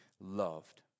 loved